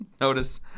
Notice